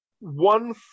one